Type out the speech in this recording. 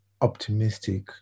optimistic